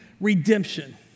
redemption